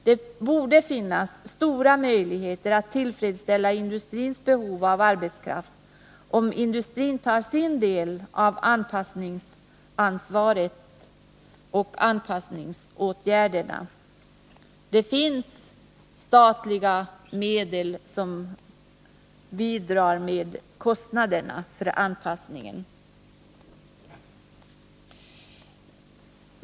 Det borde finnas stora möjligheter att tillfredsställa industrins behov av arbetskraft om industrin tar sin del av ansvaret för anpassningsåtgärderna, och det finns statliga medel för bidrag till kostnaderna för anpassningen.